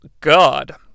God